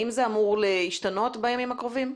האם זה אמור להשתנות בימים הקרובים?